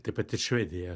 taip pat ir švedija